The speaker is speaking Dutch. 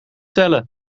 tellen